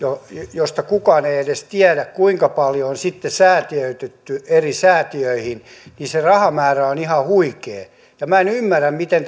josta kukaan ei edes tiedä kuinka paljon siitä on säätiöitetty eri säätiöihin niin se rahamäärä on ihan huikea minä en ymmärrä miten